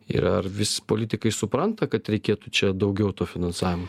ir ar vis politikai supranta kad reikėtų čia daugiau to finansavimo